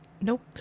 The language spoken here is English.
Nope